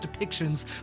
depictions